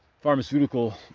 pharmaceutical